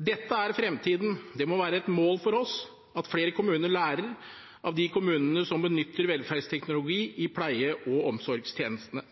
Dette er fremtiden. Det må være et mål for oss at flere kommuner lærer av de kommunene som benytter velferdsteknologi i pleie- og omsorgstjenestene.